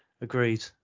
Agreed